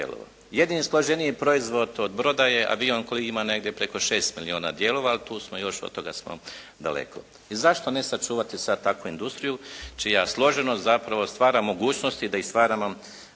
Jedini složeniji proizvod od broda je avion koji ima negdje preko 6 milijuna dijelova, ali tu smo još od toga smo daleko. I zašto ne sačuvati sad takvu industriju čija složenost zapravo stvara mogućnosti da i stvaramo